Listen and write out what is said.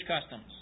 customs